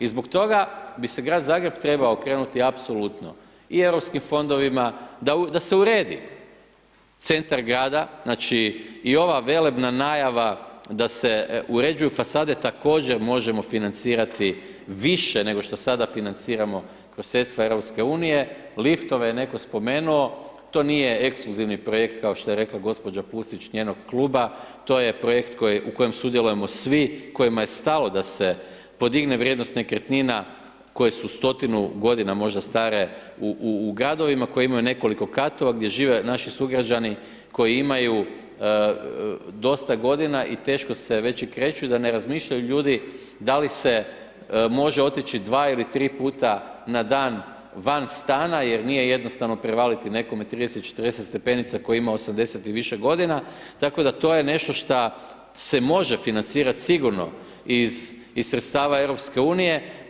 I zbog toga bi se Grad Zagreb trebao okrenuti apsolutno i Europskim fondovima, da se uredi centar grada, znači, i ova velebna najava da se uređuju fasade također možemo financirati više nego šta sada financiramo kroz sredstva Europske unije, liftove je netko spomenuo, to nije ekskluzivni projekt, kao što je rekla gospođa Pusić, njenog Kluba, to je projekt u kojem sudjelujemo svi, kojima je stalo da se podigne vrijednost nekretnina koje su stotinu godina možda stare u, u gradovima, koji imaju nekoliko katova, gdje žive naši sugrađani koji imaju dosta godina i teško se već i kreću, da ne razmišljaju ljudi da li se može otići dva ili tri puta na dan van stana jer nije jednostavno prevaliti nekome 30, 40 stepenica, koji ima 80 i više godina, tako da to je nešto šta se može financirat sigurno iz, iz sredstava Europske unije.